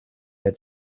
had